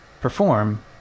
perform